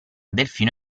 delfino